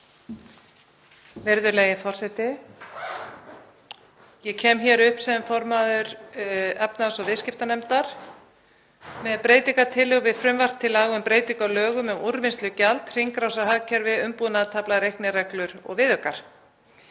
Virðulegi forseti. Ég kem hingað upp sem formaður efnahags- og viðskiptanefndar með breytingartillögu við frumvarp til laga um breytingu á lögum um úrvinnslugjald (hringrásarhagkerfi, umbúðatafla, reiknireglur, viðaukar).